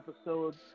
episode